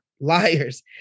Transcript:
liars